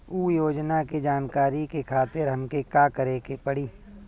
उ योजना के जानकारी के खातिर हमके का करे के पड़ी?